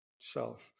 self